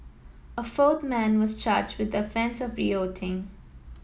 a fourth man was charged with the offence of rioting